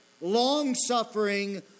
long-suffering